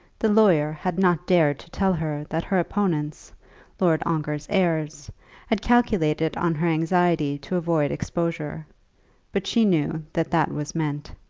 the lawyer had not dared to tell her that her opponents lord ongar's heirs had calculated on her anxiety to avoid exposure but she knew that that was meant.